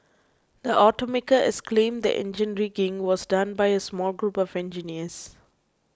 the automaker has claimed the engine rigging was done by a small group of engineers